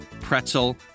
pretzel